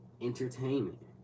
entertainment